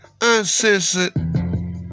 Uncensored